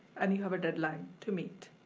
and you have a deadline to meet,